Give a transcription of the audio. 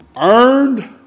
earned